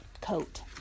coat